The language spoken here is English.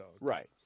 Right